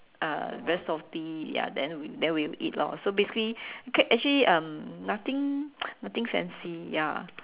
uh very salty ya then we then we'll eat lor so basically okay actually um nothing nothing fancy ya